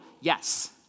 Yes